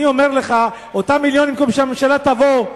אני אומר לך, אותם מיליונים, במקום שהממשלה תבוא,